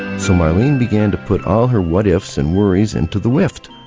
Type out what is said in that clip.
so marlene began to put all her what ifs and worries into the wift,